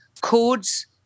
codes